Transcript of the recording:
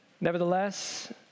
Nevertheless